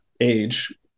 age